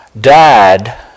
died